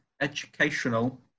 educational